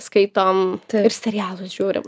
skaitom ir serialus žiūrim